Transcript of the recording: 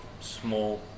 small